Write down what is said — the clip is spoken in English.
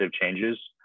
changes